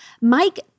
Mike